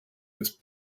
with